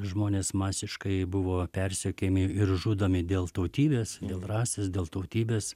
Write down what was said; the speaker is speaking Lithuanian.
žmonės masiškai buvo persekiojami ir žudomi dėl tautybės dėl rasės dėl tautybės